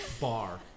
bar